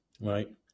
right